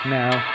now